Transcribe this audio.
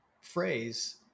phrase